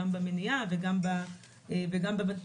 גם במניעה וגם בטיפול,